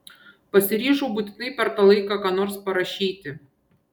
pasiryžau būtinai per tą laiką ką nors parašyti